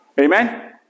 Amen